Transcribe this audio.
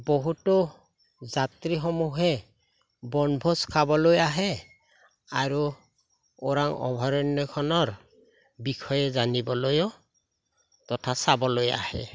বহুতো যাত্ৰীসমূহে বনভোজ খাবলৈ আহে আৰু ওৰাং অভয়াৰণ্যখনৰ বিষয়ে জানিবলৈও তথা চাবলৈ আহে